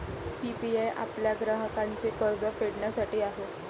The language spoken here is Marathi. पी.पी.आय आपल्या ग्राहकांचे कर्ज फेडण्यासाठी आहे